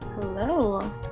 Hello